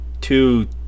two